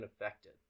affected